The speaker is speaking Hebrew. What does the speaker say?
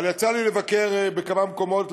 אבל יצא לי לבקר בכמה מקומות,